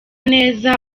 neza